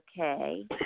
okay